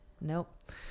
Nope